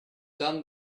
done